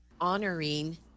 Honoring